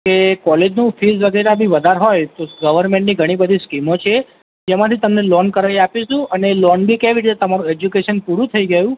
કે કોલેજનું ફીસ વગેરે બી વધારે હોય તો ગવર્મેન્ટની ઘણી બધી સ્કીમો છે એમાંથી તમને લોન કરાવી આપીશું અને લોન બી કેવી રીતે તમારું એજ્યુકેશન પૂરું થઇ ગયું